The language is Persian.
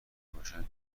باشن